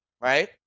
right